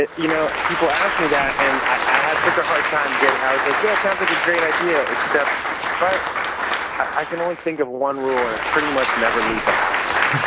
you know, people ask me that and i have such a hard time getting, i was like, yeah, it sounds like a great idea. except but i can only think of one rule and it's pretty much, never leave the house.